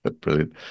Brilliant